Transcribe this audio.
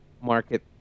market